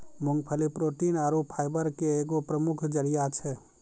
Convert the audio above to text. मूंगफली प्रोटीन आरु फाइबर के एगो प्रमुख जरिया छै